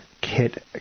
Kit